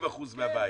80% מהבעיה,